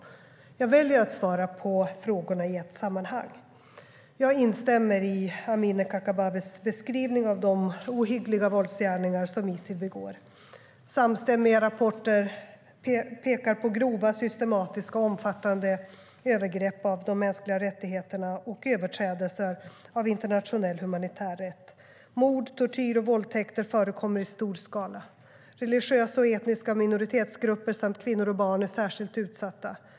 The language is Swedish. Jag väljer att svara på frågorna i ett sammanhang. Jag instämmer i Amineh Kakabavehs beskrivning av de ohyggliga våldsgärningar som Isil begår. Samstämmiga rapporter pekar på grova, systematiska och omfattande övergrepp mot de mänskliga rättigheterna och överträdelser av internationell humanitär rätt. Mord, tortyr och våldtäkter förekommer i stor skala. Religiösa och etniska minoritetsgrupper samt kvinnor och barn är särskilt utsatta.